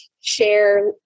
share